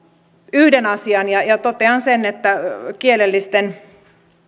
yhden asian totean sen että kielellisten